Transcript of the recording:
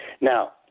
Now